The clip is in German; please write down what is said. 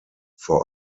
vor